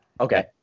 okay